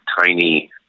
tiny